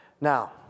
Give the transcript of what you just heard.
Now